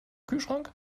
kühlschrank